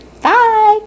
bye